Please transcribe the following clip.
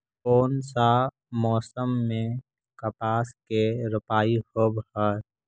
कोन सा मोसम मे कपास के रोपाई होबहय?